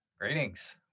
Greetings